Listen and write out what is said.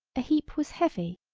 a heap was heavy.